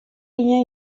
ien